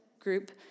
group